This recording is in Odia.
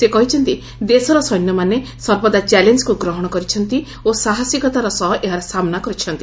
ସେ କହିଛନ୍ତି ଦେଶର ସୈନ୍ୟମାନେ ସର୍ବଦା ଚ୍ୟାଲେଞ୍ଜକୁ ଗ୍ରହଣ କରିଛନ୍ତି ଓ ସାହସିକତାର ସହ ଏହାର ସାମ୍ନା କରିଛନ୍ତି